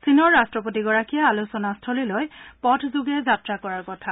চীনৰ ৰট্টপতিগৰাকীয়ে আলোচনাস্থলীলৈ পথযোগে যাত্ৰা কৰাৰ কথা